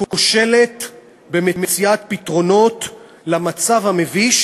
הממשלה כושלת במציאת פתרונות למצב המביש